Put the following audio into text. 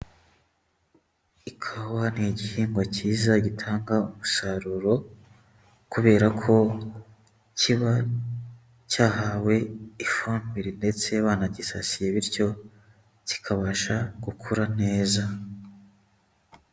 Ikawa ni igihingwa cyiza gitanga umusaruro kubera ko kiba cyahawe ifumbire ndetse banagisasiye, bityo kikabasha gukura neza.